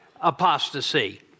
apostasy